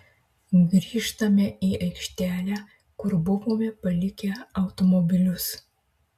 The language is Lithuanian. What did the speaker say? grįžtame į aikštelę kur buvome palikę automobilius